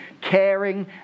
caring